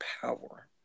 power